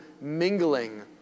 mingling